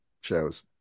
shows